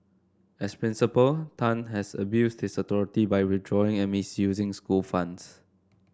as principal Tan had abused his authority by withdrawing and misusing school funds